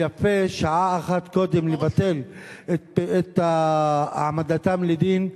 ויפה שעה אחת קודם לבטל את העמדתם לדין,